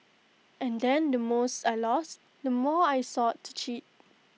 and then the mores I lost the more I sought to cheat